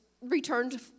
Returned